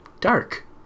dark